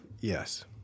Yes